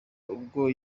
ubwo